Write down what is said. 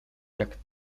jak